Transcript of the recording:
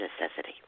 necessity